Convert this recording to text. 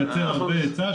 לייצר הרבה היצע,